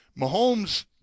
Mahomes